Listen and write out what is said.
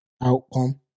outcome